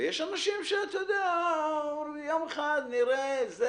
יש אנשים שאומרים: יום אחד, נראה, זה